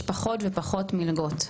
יש פחות ופחות מלגות.